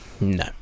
No